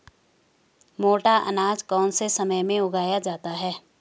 मोटा अनाज कौन से समय में उगाया जाता है?